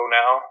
now